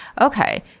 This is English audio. Okay